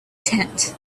tent